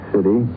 City